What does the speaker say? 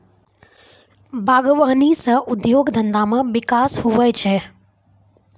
बागवानी से उद्योग धंधा मे बिकास हुवै छै